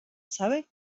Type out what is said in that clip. sabe